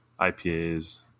IPAs